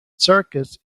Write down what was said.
circus